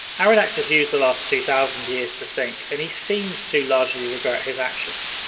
arronax has used the last two thousand years to think and he seems to largely regret his actions.